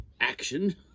action